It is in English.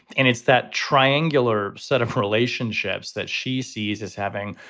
and it's that triangular set of relationships that she sees as having,